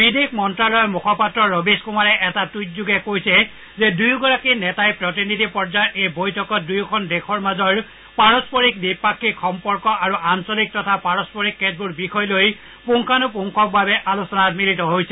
বিদেশ মন্ত্যালয়ৰ মুখপাত্ৰ ৰবিশ কুমাৰে এটা টুইট যোগে কৈছে যে দুয়োগৰাকী নেতাই প্ৰতিনিধি পৰ্যায়ৰ এই বৈঠকত দুয়ো দেশৰ মাজৰ পাৰস্পৰিক দ্বিপাক্ষিক সম্পৰ্ক আৰু আঞ্চলিক তথা পাৰস্পৰিক কেতবোৰ বিষয় লৈ পুংখানুপুখভাৱে আলোচনা কৰিছে